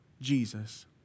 Jesus